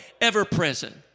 ever-present